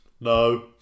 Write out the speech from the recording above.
No